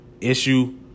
issue